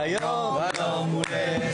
תודה רבה לכולם.